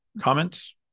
comments